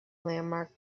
landmark